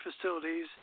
facilities